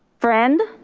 friend.